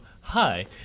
Hi